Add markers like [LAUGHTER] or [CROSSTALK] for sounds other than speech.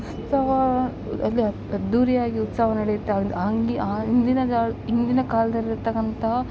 ಉತ್ಸವ ಅಲ್ಲಿ ಅದ್ದೂರಿಯಾಗಿ ಉತ್ಸವ ನಡೆಯುತ್ತೆ [UNINTELLIGIBLE] ಅಂದಿನದಾಲ್ ಇಂದಿನ ಕಾಲ್ದಲ್ಲಿ ಇರ್ತಕ್ಕಂತಹ